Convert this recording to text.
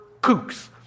kooks